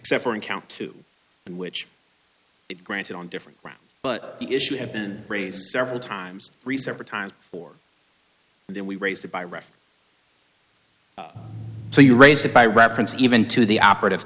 except for in count two in which it granted on different ground but the issue had been raised several times three separate times four and then we raised by ref so you raise the by reference even to the operative